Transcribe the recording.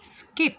skip